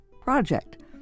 project